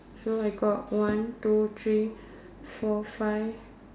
sure I got one two three four five